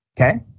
Okay